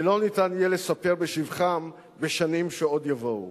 ולא יהיה אפשר לספר בשבחם בשנים שעוד יבואו.